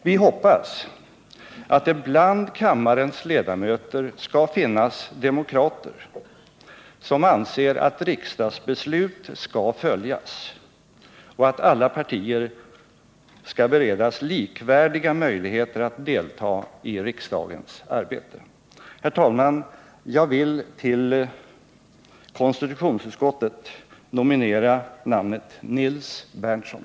Vi hoppas att det bland kammarens ledamöter skall finnas demokrater, som anser att riksdagsbeslut skall följas och att alla riksdagspartier skall beredas likvärdiga möjligheter att delta i riksdagens arbete. Herr talman! Jag vill för val till konstitutionsutskottet nominera Nils Berndtson.